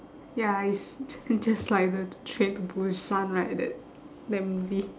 ya it's j~ just like the train to busan right that that movie